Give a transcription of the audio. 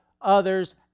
others